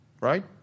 right